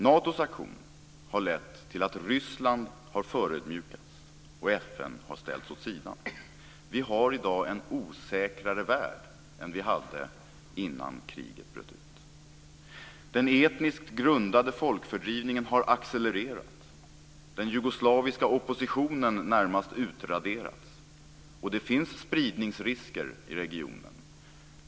Natos aktion har lett till att Ryssland har förödmjukats och till att FN har ställts åt sidan. Vi har i dag en osäkrare värld än vi hade innan kriget bröt ut. Den etniskt grundade folkfördrivningen har accelererat, den jugoslaviska oppositionen har närmast utraderats, och det finns spridningsrisker i regionen.